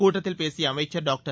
கூட்டத்தில் பேசிய அமைச்சர் டாக்டர்